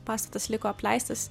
pastatas liko apleistas